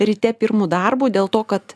ryte pirmu darbu dėl to kad